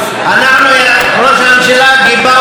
ראש הממשלה גיבה אותי,